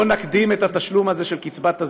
בואו נקדים את התשלום הזה של קצבת הזקנה,